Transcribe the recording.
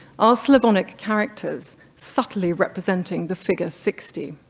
ah slavonic characters, subtly representing the figure sixty,